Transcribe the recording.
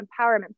empowerment